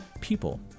people